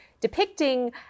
depicting